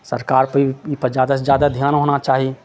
सरकारके अइपर जादा सँ जादा ध्यान होना चाही